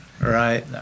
Right